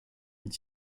une